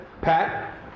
Pat